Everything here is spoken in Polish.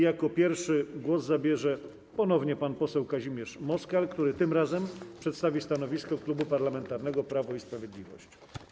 Jako pierwszy głos zabierze ponownie pan poseł Kazimierz Moskal, który tym razem przedstawi stanowisko Klubu Parlamentarnego Prawo i Sprawiedliwość.